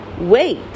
Wait